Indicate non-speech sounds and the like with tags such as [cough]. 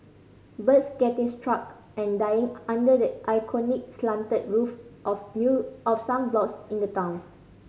birds getting stuck and dying under the iconic slanted roof of [unintelligible] of some blocks in the town